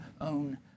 own